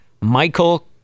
Michael